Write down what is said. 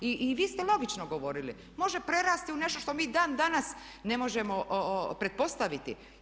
I vi ste logično govorili, može prerasti u nešto što mi dan danas ne možemo pretpostaviti.